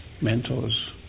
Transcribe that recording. mentors